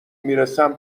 میرسم